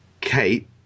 Kate